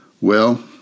Well